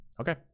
Okay